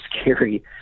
scary